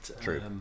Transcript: true